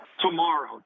tomorrow